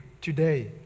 today